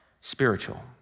spiritual